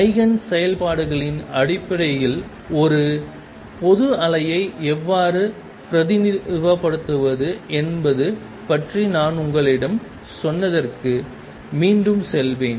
eigen செயல்பாடுகளின் அடிப்படையில் ஒரு பொது அலையை எவ்வாறு பிரதிநிதித்துவப்படுத்துவது என்பது பற்றி நான் உங்களிடம் சொன்னதற்கு மீண்டும் செல்வேன்